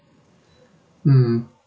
mm